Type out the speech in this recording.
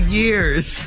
years